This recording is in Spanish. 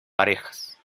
parejas